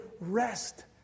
rest